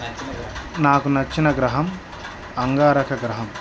నాకు నచ్చిన గ్రహం అంగారక గ్రహం